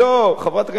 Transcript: חברת הכנסת גלאון,